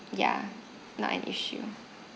ya not an issue